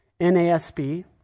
NASB